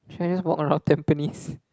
should I just walk around Tampines